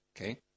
Okay